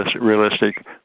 realistic